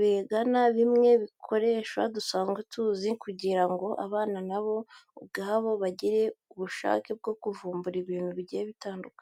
bigana bimwe mu bikoresho dusanzwe tuzi kugira ngo abana nabo ubwabo bagire ubushake bwo kuvumbura ibintu bigiye bitandukanye.